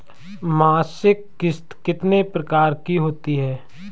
मासिक किश्त कितने प्रकार की होती है?